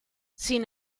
sin